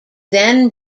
then